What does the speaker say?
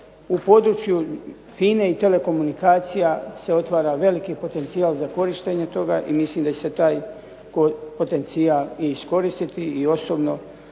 u području FINA-e i telekomunikacija se otvara veliki potencijal za korištenje toga i mislim da će se taj potencijal i iskoristiti i osobno